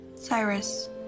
Cyrus